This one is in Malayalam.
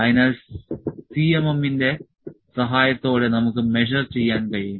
അതിനാൽ സിഎംഎമ്മിന്റെ സഹായത്തോടെ നമുക്ക് മെഷർ ചെയ്യാൻ കഴിയും